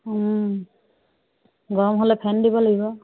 গৰম হ'লে ফেন দিব লাগিব